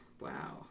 Wow